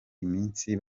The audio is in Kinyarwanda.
iminsi